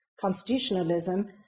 constitutionalism